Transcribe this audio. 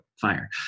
fire